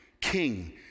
king